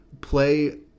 play